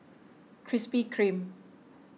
Krispy Kreme